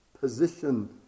position